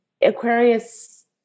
Aquarius